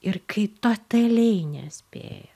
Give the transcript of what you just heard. ir kai totaliai nespėja